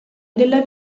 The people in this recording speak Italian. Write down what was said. della